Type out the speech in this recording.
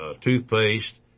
toothpaste